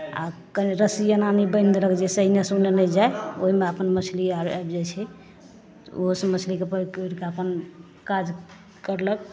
आ कनि रस्सी एना एनी बान्हि देलक जे एन्ने से ओन्ने नहि जाइ ओहिमे अपन मछली आर आबि जाइ छै ओहो से मछली कए पकड़िके अपन काज करलक